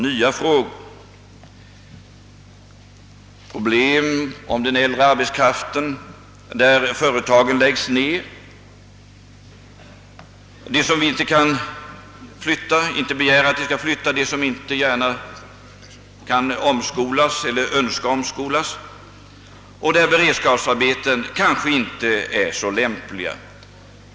Det är de problem som uppstår för den äldre arbetskraften där företag läggs ned — de människor som vi inte kan flytta och inte begär skall flytta, de som inte gärna kan eller inte önskar omskolas och där beredskapsarbeten kanske inte är så lämpliga.